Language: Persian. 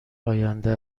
آینده